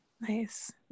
Nice